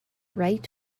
right